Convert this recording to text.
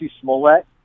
Smollett